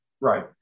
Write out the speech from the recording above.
Right